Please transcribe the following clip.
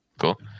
Cool